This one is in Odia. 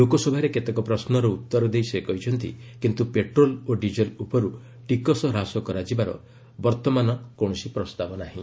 ଲୋକସଭାରେ କେତେକ ପ୍ରଶ୍ନର ଉତ୍ତର ଦେଇ ସେ କହିଛନ୍ତି କିନ୍ତୁ ପେଟ୍ରୋଲ ଓ ଡିଜେଲ୍ ଉପରୁ ଟିକସ ହ୍ରାସ କରାଯିବାର ବର୍ତ୍ତମାନ କୌଣସି ପ୍ରସ୍ତାବ ନାହିଁ